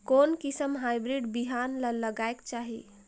कोन किसम हाईब्रिड बिहान ला लगायेक चाही?